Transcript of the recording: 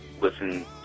listen